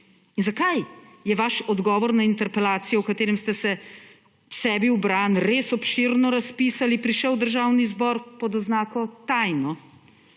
Zakaj je vaš odgovor na interpelacijo, v katerem ste se sebi v bran res obširno razpisali, prišel v Državni zbor pod oznako tajno?